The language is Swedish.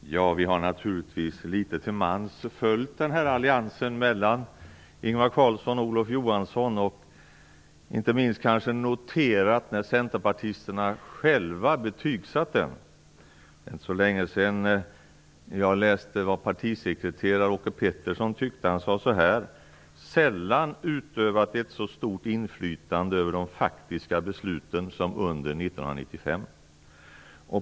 Fru talman! Vi har naturligtvis litet till mans följt alliansen mellan Ingvar Carlsson och Olof Johansson och kanske inte minst noterat när centerpartisterna själva betygsatt den. Det var inte så länge sedan som jag läste vad partisekreteraren Åke Pettersson tyckte. Han sade att Centerpartiet sällan utövat ett så stort inflytande över de faktiska besluten som under 1995.